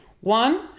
One